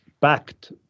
backed